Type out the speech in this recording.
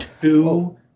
two